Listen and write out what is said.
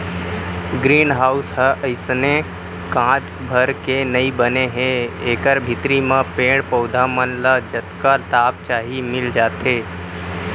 green house ह अइसने कांच भर के नइ बने हे एकर भीतरी म पेड़ पउधा मन ल जतका ताप चाही मिल जाथे